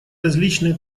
различные